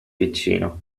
piccina